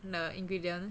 the ingredient